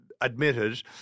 admitted